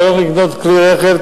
אתה הולך לקנות כלי-רכב,